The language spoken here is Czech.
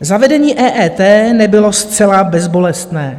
Zavedení EET nebylo zcela bezbolestné.